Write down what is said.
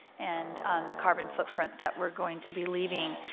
and the carbon footprint that we are going to be leaving.